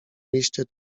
liście